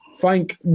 thank